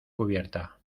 cubierta